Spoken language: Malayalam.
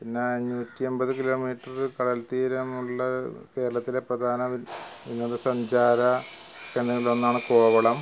പിന്നെ അഞ്ഞൂറ്റി അമ്പത് കിലോമീറ്റർ കടൽത്തീരമുളള കേരളത്തിലെ പ്രധാന വിനോദസഞ്ചാര കേന്ദ്രങ്ങളിലൊന്നാണ് കോവളം